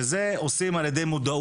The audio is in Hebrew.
את זה עושים ע"י מודעות,